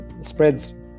spreads